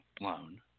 loan